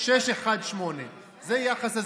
1.618. זה יחס הזהב.